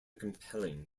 compelling